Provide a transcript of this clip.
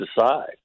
decide